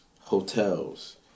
hotels